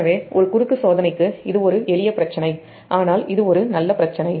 எனவே ஒரு க்ராஸ் சோதனைக்கு இது ஒரு எளிய பிரச்சினை ஆனால் இது ஒரு நல்ல பிரச்சினை